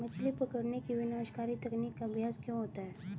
मछली पकड़ने की विनाशकारी तकनीक का अभ्यास क्यों होता है?